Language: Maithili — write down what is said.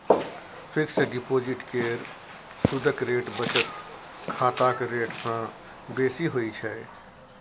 फिक्स डिपोजिट केर सुदक रेट बचत खाताक रेट सँ बेसी होइ छै